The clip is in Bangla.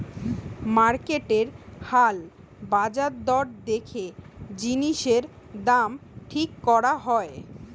মার্কেটের হাল বাজার দর দেখে জিনিসের দাম ঠিক করা হয়